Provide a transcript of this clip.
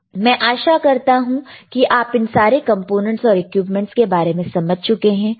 तो मैं आशा करता हूं कि आप इन सारे कंपोनेंट्स और इक्विपमेंट्स के बारे में समझ चुके हो